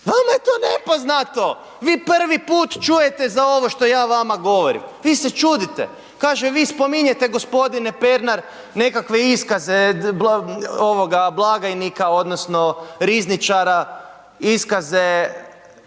vama je to nepoznato, vi prvi put čujete za ovo što ja vama govorim, vi se čudite. Kaže, vi spominjete, g. Pernar nekakve iskaze blagajnika odnosno rizničara, iskaze